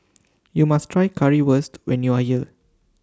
YOU must Try Currywurst when YOU Are here